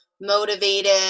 motivated